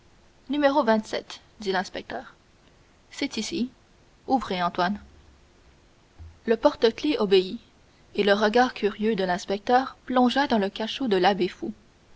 dit l'inspecteur c'est ici ouvrez antoine le porte-clefs obéit et le regard curieux de l'inspecteur plongea dans le cachot de l'abbé